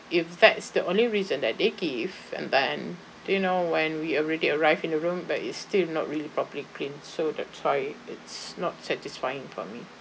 if that's the only reason that they give and then you know when we already arrived in the room but it's still not really properly cleaned so that's why it's not satisfying for me